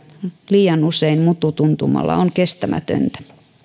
liian usein mututuntumalla on kestämätöntä